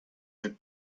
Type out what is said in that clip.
that